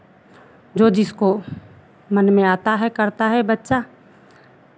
जो जिसको मन में आता है करता है बच्चा